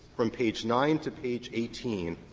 from page nine to page eighteen,